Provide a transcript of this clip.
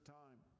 time